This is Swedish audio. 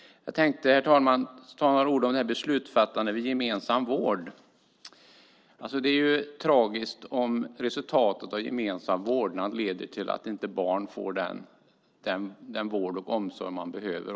Herr talman! Jag tänker säga några ord om beslutsfattandet när det gäller gemensam vårdnad. Det är tragiskt om resultatet av gemensam vårdnad blir att barn inte får den vård och omsorg som de behöver.